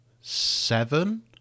seven